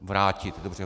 Vrátit, dobře.